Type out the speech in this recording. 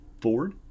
Ford